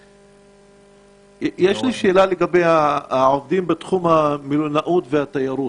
יש לי שאלה לגבי העובדים בתחום המלונאות והתיירות.